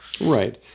Right